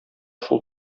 шул